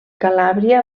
calàbria